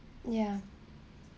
ya